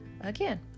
again